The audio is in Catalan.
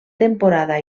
temporada